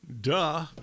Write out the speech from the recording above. duh